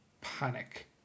panic